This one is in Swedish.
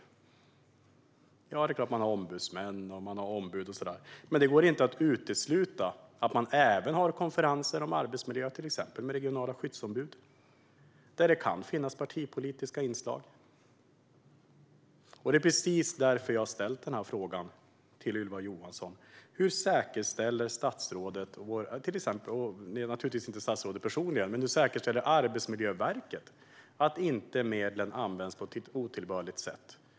Ja, det är klart att man har ombudsmän, ombud och så vidare, men det går inte att utesluta att det kan finnas partipolitiska inslag i till exempel konferenser om arbetsmiljö som man har med regionala skyddsombud. Det är precis därför jag har ställt den här frågan till Ylva Johansson. Hur säkerställer statsrådet detta? Det gäller naturligtvis inte statsrådet personligen, men hur säkerställer Arbetsmiljöverket att medlen inte används på ett otillbörligt sätt?